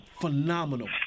phenomenal